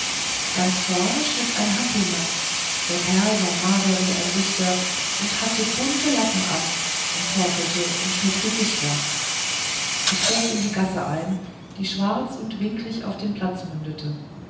ganz vorne schritt ein hampelmann der kerl war mager wie ein dichter und hatte bunte lappen an und torkelte und schnitt gesichter ich bog in die gasse ein die schwarz und winklig auf den platz mündete